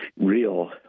real